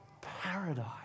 Paradise